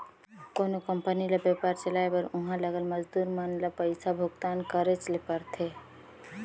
कोनो कंपनी ल बयपार चलाए बर उहां लगल मजदूर मन ल पइसा भुगतान करेच ले परथे